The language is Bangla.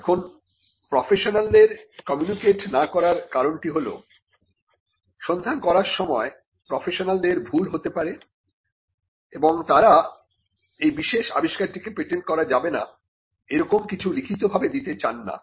এখন প্রফেশনাল দের কমিউনিকেট না করার কারণটি হল সন্ধান করার সময় প্রফেশনাল দের ভুল হতে পারে এবং তারা এই বিশেষ আবিষ্কারটিকে পেটেন্ট করা যাবে না এইরকম কিছু লিখিত ভাবে দিতে চান না